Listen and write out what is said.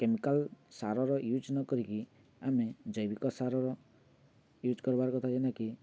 chemical ସାରର use ନ କରିକି ଆମେ ଜୈବିକ ସାରର ୟୁଜ୍ କରିବାର କଥା ଯେନ୍ଟାକି